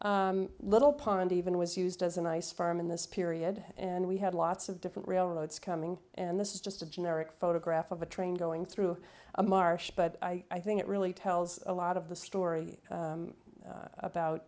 area little pond even was used as a nice farm in this period and we had lots of different railroads coming and this is just a generic photograph of a train going through a marsh but i think it really tells a lot of the story